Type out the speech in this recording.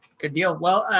good deal. well,